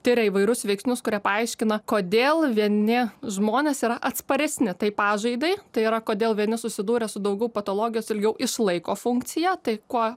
tiria įvairius veiksnius kurie paaiškina kodėl vieni žmonės yra atsparesni tai pažaidai tai yra kodėl vieni susidūrę su daugiau patologijos ilgiau išlaiko funkciją tai kuo